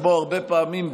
כמו הרבה פעמים,